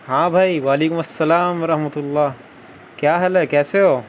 ہاں بھائی وعلیکم السلام رحمتہ اللہ کیا حال ہے کیسے ہو